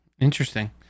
Interesting